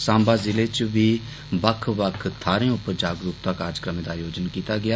सांबा जिले च बी बक्ख बक्ख थाहरें उप्पर जागरूकता कार्यक्रमें दा आयोजन कीता गेआ